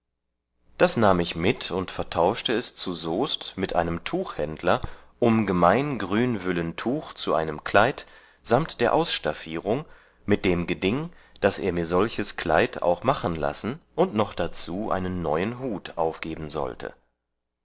das nahm ich mit und vertauschte es zu soest mit einem tuchhändler um gemein grünwüllen tuch zu einem kleid samt der ausstaffierung mit dem geding daß er mir solches kleid auch machen lassen und noch darzu einen neuen hut aufgeben sollte